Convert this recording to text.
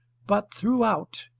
but throughout,